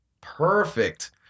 perfect